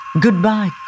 Goodbye